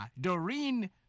Doreen